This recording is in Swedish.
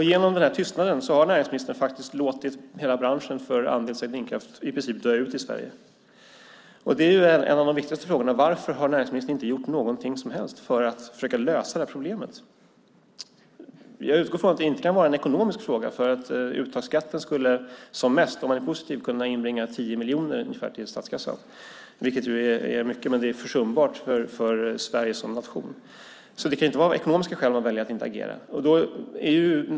Genom tystnaden har näringsministern låtit hela branschen för andelsägd vindkraft i princip dö ut i Sverige. Det är en av de viktigaste frågorna. Varför har näringsministern inte gjort någonting för att försöka lösa problemet? Jag utgår från att det inte kan vara en ekonomisk fråga. Uttagsskatten skulle som mest, om man är positiv, inbringa ungefär 10 miljoner till statskassan. Det är mycket, men det är försumbart för Sverige som nation. Det kan inte vara av ekonomiska skäl man väljer att inte agera.